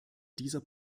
dieser